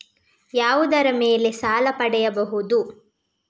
ಯಾವುದರ ಮೇಲೆ ಸಾಲ ಪಡೆಯಬಹುದು?